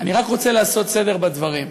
אני רק רוצה לעשות סדר בדברים: